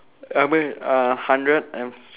uh wait uh hundred and